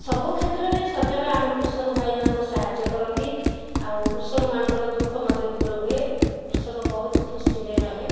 ସବୁ କ୍ଷେତ୍ରରେ ସରକାର ଆମ କୃଷକ ଭାଇମାନଙ୍କୁ ସାହାଯ୍ୟ କରନ୍ତି ଆଉ କୃଷକମାନଙ୍କର ଦୁଃଖ ମଧ୍ୟ ଦୂର ହୁଏ କୃଷକ ବହୁତ ଖୁସିରେ ରହେ